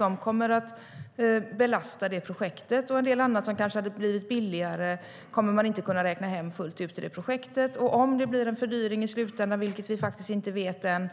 De kommer att belasta det projektet. En del annat som kanske hade blivit billigare kommer man inte att kunna räkna hem fullt ut i det projektet. Om det blir en fördyring i slutändan, vilket vi faktiskt inte vet än,